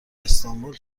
استانبول